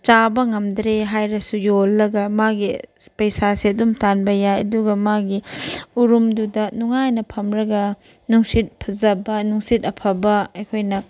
ꯆꯥꯕ ꯉꯝꯗ꯭ꯔꯦ ꯍꯥꯏꯔꯁꯨ ꯌꯣꯜꯂꯒ ꯃꯥꯒꯤ ꯄꯩꯁꯥꯁꯦ ꯑꯗꯨꯝ ꯇꯥꯟꯕ ꯌꯥꯏ ꯑꯗꯨꯒ ꯃꯥꯒꯤ ꯎꯔꯨꯝꯗꯨꯅ ꯅꯨꯡꯉꯥꯏꯅ ꯐꯝꯂꯒ ꯅꯨꯡꯁꯤꯠ ꯐꯖꯕ ꯅꯨꯡꯁꯤꯠ ꯑꯐꯕ ꯑꯩꯈꯣꯏꯅ